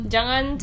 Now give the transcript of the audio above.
Jangan